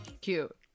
Cute